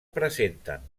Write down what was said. presenten